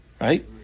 Right